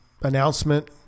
announcement